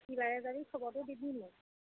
কি বাৰে যাবি খবৰটো দিবি মোক